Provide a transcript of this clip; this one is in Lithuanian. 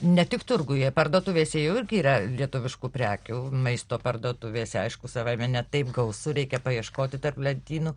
ne tik turguje parduotuvėse jau irgi yra lietuviškų prekių maisto parduotuvėse aišku savaime ne taip gausu reikia paieškoti tarp lentynų